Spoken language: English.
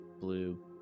blue